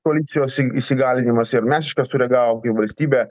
koalicijos įsigalinimas ir mes iškart sureagavom kaip valstybė